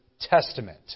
testament